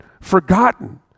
forgotten